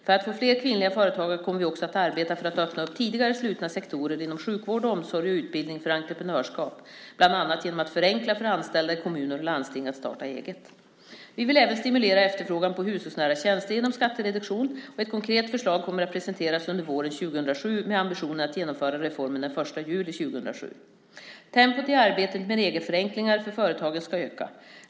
För att få fler kvinnliga företagare kommer vi också att arbeta för att öppna tidigare slutna sektorer inom sjukvård, omsorg och utbildning för entreprenörskap, bland annat genom att förenkla för anställda i kommuner och landsting att starta eget. Vi vill även stimulera efterfrågan på hushållsnära tjänster genom skattereduktion. Ett konkret förslag kommer att presenteras under våren 2007 med ambitionen att genomföra reformen den 1 juli 2007. Tempot i arbetet med regelförenklingar för företagen ska öka.